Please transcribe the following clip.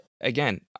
again